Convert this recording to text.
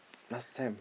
last time